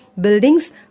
buildings